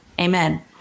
Amen